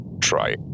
try